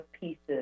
pieces